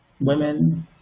women